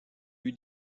eut